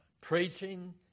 preaching